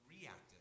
reactive